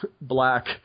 black